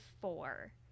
four